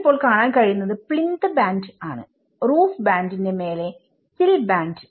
നിങ്ങൾക്കിപ്പോൾ കാണാൻ കഴിയുന്നത് പ്ലിന്ത് ബാൻഡ് ആണ് roof ബാൻഡ് ന്റെ മേലെ സിൽ ബാൻഡ്